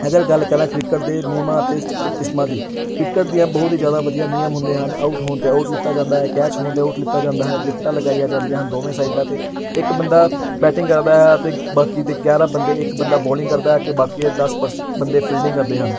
ਅਗਰ ਗੱਲ ਕਰਾਂ ਕ੍ਰਿਕਟ ਦੇ ਨਿਯਮਾਂ ਅਤੇ ਸ ਓ ਕਿਸਮਾਂ ਦੀ ਕ੍ਰਿਕਟ ਦੀਆਂ ਬਹੁਤ ਹੀ ਜ਼ਿਆਦਾ ਵਧੀਆ ਨਿਯਮ ਹੁੰਦੇ ਹਨ ਆਊਟ ਹੋਣ 'ਤੇ ਆਊਟ ਲਿੱਤਾ ਜਾਂਦਾ ਹੈ ਕੈਚ ਹੋਣ ਦੇ ਆਊਟ ਲਿੱਤਾ ਜਾਂਦਾ ਹੈ ਵਿਕਟਾਂ ਲਗਾਈਆਂ ਜਾਂਦੀਆਂ ਹਨ ਦੋਵੇਂ ਸਾਈਡਾਂ 'ਤੇ ਇੱਕ ਬੰਦਾ ਬੈਟਿੰਗ ਕਰਦਾ ਅਤੇ ਬਾਕੀ ਤਾਂ ਗਿਆਰਾਂ ਬੰਦੇ ਇੱਕ ਬੰਦਾ ਬੋਲਿੰਗ ਕਰਦਾ ਅਤੇ ਬਾਕੀ ਦਸ ਪਰਸ ਬੰਦੇ ਫੀਲਡਿੰਗ ਕਰਦੇ ਹਨ